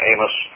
Amos